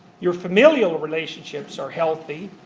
your familial relationships are healthy,